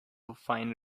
fine